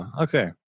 Okay